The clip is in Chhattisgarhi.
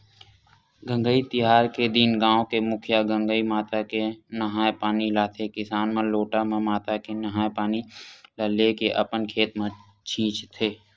गंगई तिहार के दिन गाँव के मुखिया गंगई माता के नंहाय पानी लाथे किसान मन लोटा म माता के नंहाय पानी ल लेके अपन खेत म छींचथे